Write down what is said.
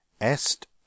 Est